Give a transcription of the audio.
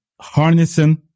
harnessing